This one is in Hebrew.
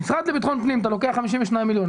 המשרד לביטחון פנים, אתה לוקח 52 מיליון.